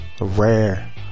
Rare